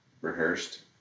rehearsed